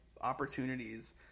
opportunities